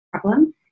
problem